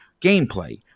gameplay